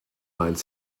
line